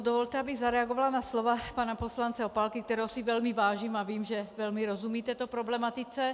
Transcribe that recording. Dovolte, abych zareagovala na slova pana poslance Opálky, kterého si velmi vážím, a vím, že velmi rozumí této problematice.